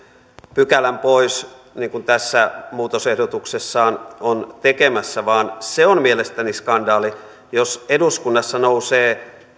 pykälän pois niin kuin tässä muutosehdotuksessaan on tekemässä vaan se on mielestäni skandaali jos eduskunnassa nousee